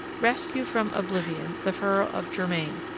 rescue from oblivion the furrow of germain,